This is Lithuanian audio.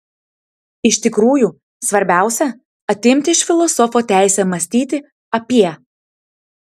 iš tikrųjų svarbiausia atimti iš filosofo teisę mąstyti apie